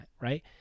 right